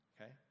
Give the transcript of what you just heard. okay